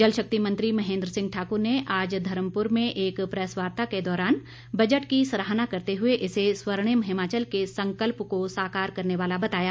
जलशक्ति मंत्री महेन्द्र सिंह ठाकुर ने आज धर्मपुर में एक प्रेस वार्ता के दौरान बजट की सराहना करते हुए इसे स्वर्णिम हिमाचल के संकल्प को साकार करने वाला बताया